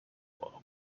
are